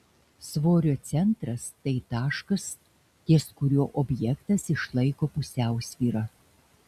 svorio centras tai taškas ties kuriuo objektas išlaiko pusiausvyrą